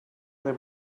they